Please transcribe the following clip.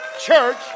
church